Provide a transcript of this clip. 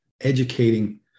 educating